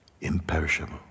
imperishable